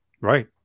Right